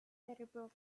terrible